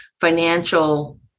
financial